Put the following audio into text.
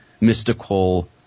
mystical